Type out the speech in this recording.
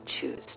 choose